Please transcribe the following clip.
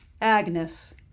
Agnes